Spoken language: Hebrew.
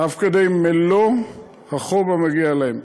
אף כדי מלוא החוב המגיע להם.